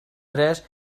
tres